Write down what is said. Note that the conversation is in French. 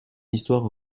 histoire